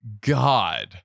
God